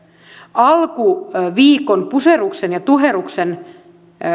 alkuviikon puserruksen ja tuherruksen